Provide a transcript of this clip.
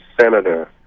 senator